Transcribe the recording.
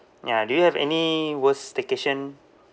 ya do you have any worst staycation